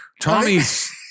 Tommy's